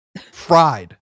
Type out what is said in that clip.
fried